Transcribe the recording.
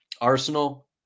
Arsenal